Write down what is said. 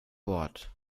bord